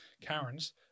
Karens